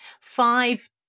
five